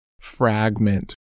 Fragment